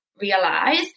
realize